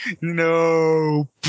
No